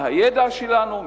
מהידע שלנו,